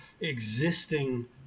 existing